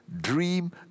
dream